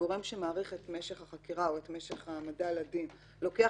שהגורם שמאריך את משך החקירה או את משך ההעמדה לדין לוקח